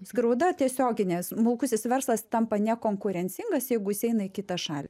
skriauda tiesioginė smulkusis verslas tampa nekonkurencingas jeigu jis eina į kitą šalį